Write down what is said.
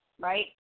right